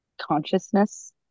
consciousness